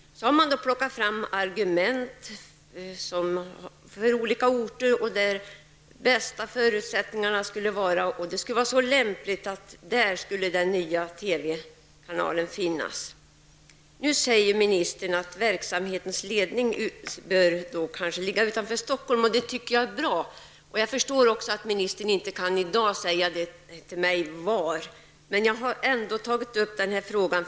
Man har tagit fram argument för olika orter där de bästa förutsättningarna skulle finnas. Nu säger ministern att verksamhetens ledning kanske bör vara placerad utanför Stockholm, och det tycker jag är bra. Jag förstår också att ministern i dag inte kan ange ort, men jag har ändå velat ta upp frågan.